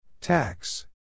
Tax